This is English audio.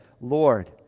Lord